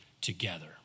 together